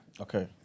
Okay